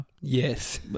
Yes